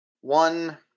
one